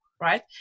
right